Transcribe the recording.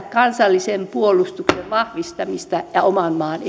kansallisen puolustuksen vahvistaminen ja oman maan